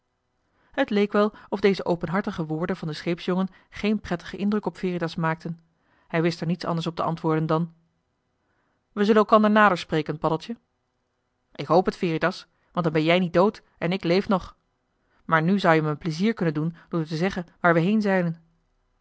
het leek wel of deze openhartige woorden van den scheepsjongen geen prettigen indruk op veritas maakten hij wist er niets anders op te antwoorden dan we zullen elkander nader spreken paddeltje k hoop het veritas want dan ben jij niet dood en ik leef nog maar nu zou-je me een plezier kunnen doen door te zeggen waar we heen zeilen